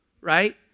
right